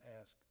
ask